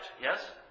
yes